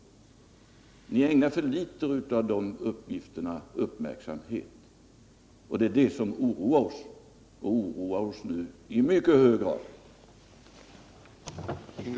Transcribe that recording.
Regeringen ägnar alltför liten uppmärksamhet åt dessa uppgifter, och det oroar oss nu i mycket hög grad.